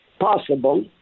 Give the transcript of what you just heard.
possible